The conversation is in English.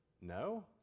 no